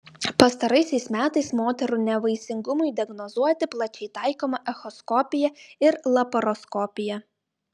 pastaraisiais metais moterų nevaisingumui diagnozuoti plačiai taikoma echoskopija ir laparoskopija